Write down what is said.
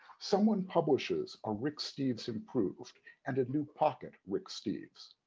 someone publishes a rick steves improved and a new pocket rick steves.